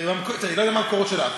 לא, לא, אני לא יודע מה המקורות שלך.